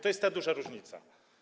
To jest ta duża różnica.